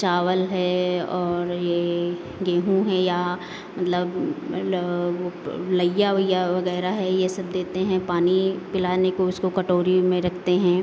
चावल है और ये गेहूं है या मल्ब ला वो लईया वईया वगैरह है ये सब देते हैं पानी पिलाने को उसको कटोरी में रखते हैं